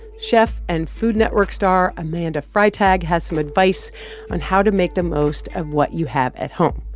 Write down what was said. chef and food network star amanda freitag has some advice on how to make the most of what you have at home.